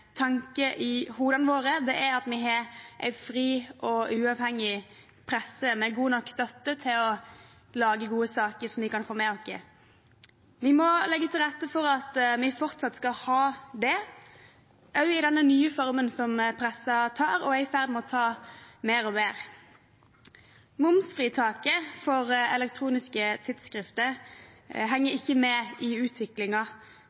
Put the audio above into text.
i hodene våre, er at vi har en fri og uavhengig presse med god nok støtte til å lage gode saker, som vi kan få med oss. Vi må legge til rette for at vi fortsatt skal ha det, også i denne nye formen som pressen tar og er i ferd med å ta mer og mer. Momsfritaket for elektroniske tidsskrifter henger